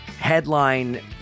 headline